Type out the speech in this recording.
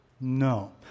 No